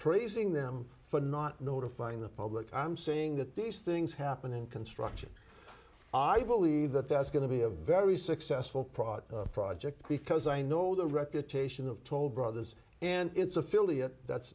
praising them for not notifying the public i'm saying that these things happen in construction i believe that that's going to be a very successful prot project because i know the reputation of toll brothers and its affiliate that's